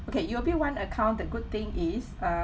okay U_O_B one account the good thing is uh